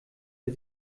der